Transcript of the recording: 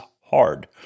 hard